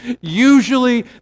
usually